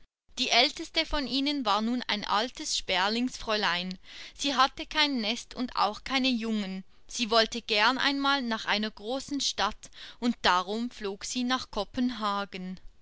die älteste von ihnen war nun ein altes sperlingsfräulein sie hatte kein nest und auch keine jungen sie wollte gern einmal nach einer großen stadt und darum flog sie nach kopenhagen